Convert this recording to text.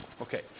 Okay